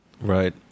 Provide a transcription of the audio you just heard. Right